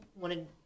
wanted